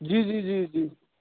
جی جی جی جی